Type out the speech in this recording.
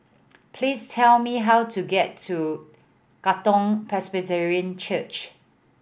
please tell me how to get to Katong Presbyterian Church